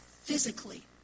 physically